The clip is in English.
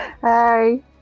Hi